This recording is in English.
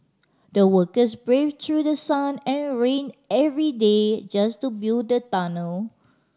the workers braved through sun and rain every day just to build the tunnel